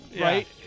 right